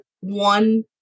one